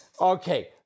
Okay